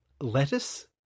lettuce